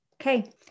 okay